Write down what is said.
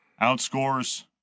outscores